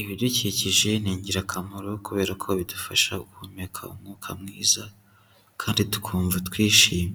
Ibidukikije ni ingirakamaro kubera ko bidufasha guhumeka umwuka mwiza kandi tukumva twishimye.